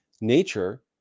nature